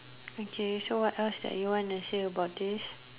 okay so what else that you wanna say about this